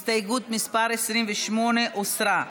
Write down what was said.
הסתייגות מס' 28 הוסרה.